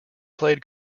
played